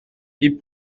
ils